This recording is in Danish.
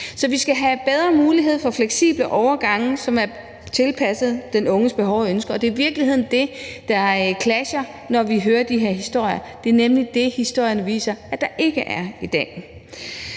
Så vi skal have bedre mulighed for fleksible overgange, som er tilpasset den unges behov og ønsker, og det er i virkeligheden det, der clasher, når vi hører de her historier. Det er nemlig det, historien viser der ikke er i dag.